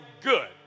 good